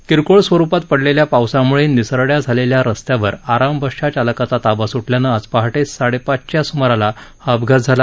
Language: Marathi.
किरकोळ स्वरूपात पडलेल्या पावसामुळे निसरड्या झालेल्या रस्त्यावर आराम बसच्या चालकाचा ताबा सुटल्यानं आज पहाटे साडेपाचच्या सुमाराला हा अपघात झाला